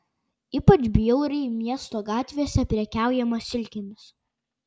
ypač bjauriai miesto gatvėse prekiaujama silkėmis